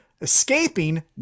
escaping